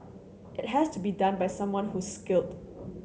it has to be done by someone who's skilled